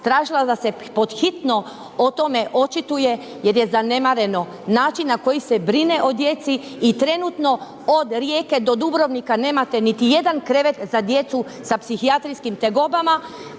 tražila da se pod hitno o tome očituje jer je zanemareno način na koji se brine o djeci i trenutno do Rijeke do Dubrovnika nemate niti jedan krevet za djecu sa psihijatrijskim tegobama.